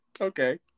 Okay